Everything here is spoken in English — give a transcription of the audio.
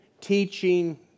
teaching